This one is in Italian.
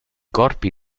corpi